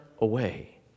away